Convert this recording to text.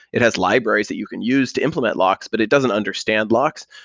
it has libraries that you can use to implement locks, but it doesn't understand locks.